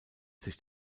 sich